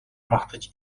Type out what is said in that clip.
магтаж